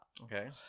Okay